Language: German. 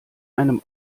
einem